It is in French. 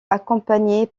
accompagnée